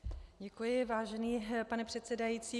Děkuji, vážený pane předsedající.